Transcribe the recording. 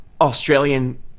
australian